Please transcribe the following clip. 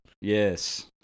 Yes